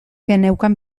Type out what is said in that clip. geneukan